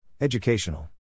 Educational